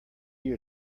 your